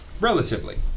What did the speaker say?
Relatively